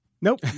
Nope